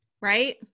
right